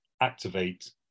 activate